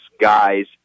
guy's